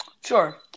Sure